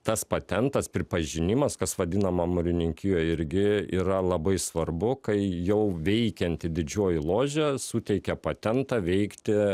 tas patentas pripažinimas kas vadinama mūrininkijoj irgi yra labai svarbu kai jau veikianti didžioji ložė suteikia patentą veikti